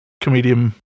comedian